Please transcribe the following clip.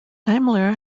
daimler